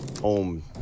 home